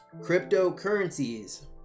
cryptocurrencies